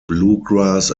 bluegrass